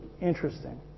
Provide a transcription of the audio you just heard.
interesting